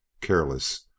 Careless